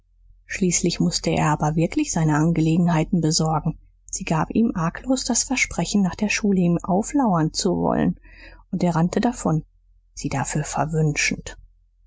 schließlich mußte er aber wirklich seine angelegenheiten besorgen sie gab ihm arglos das versprechen nach der schule ihm auflauern zu wollen und er rannte davon sie dafür verwünschend